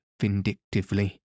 Vindictively